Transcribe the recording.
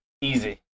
Easy